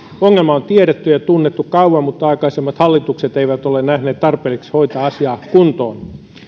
ongelma on tiedetty ja tunnettu kauan mutta aikaisemmat hallitukset eivät ole nähneet tarpeelliseksi hoitaa asiaa kuntoon